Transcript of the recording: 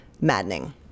maddening